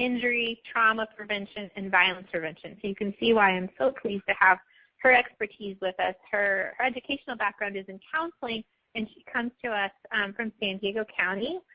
injury, trauma prevention, and violence prevention. so you can see why i'm so pleased to have her expertise with us. her educational background is in counseling and she comes to us from san diego county,